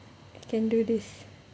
can do this